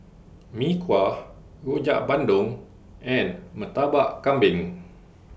Mee Kuah Rojak Bandung and Murtabak Kambing